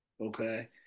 Okay